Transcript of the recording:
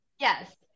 Yes